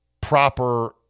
proper